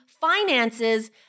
finances